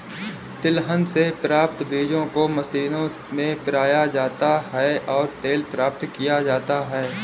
तिलहन से प्राप्त बीजों को मशीनों में पिरोया जाता है और तेल प्राप्त किया जाता है